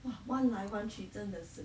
!wah! 弯来弯去真的是